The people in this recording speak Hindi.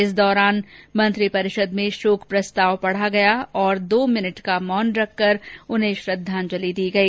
इस दौरान मंत्रीपरिषद में शोक प्रस्ताव पढ़ा गया और दो मिनट का मौन रखकर श्रद्वांजलि दी गई